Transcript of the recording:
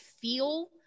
feel